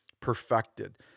perfected